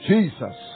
Jesus